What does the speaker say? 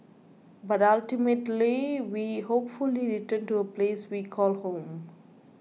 but ultimately we hopefully return to a place we call home